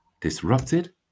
disrupted